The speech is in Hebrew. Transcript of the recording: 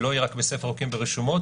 שלא יהיה רק בספר החוקים ברשומות,